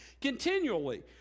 continually